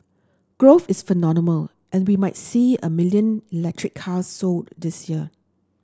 growth is phenomenal and we might see a million electric cars sold this year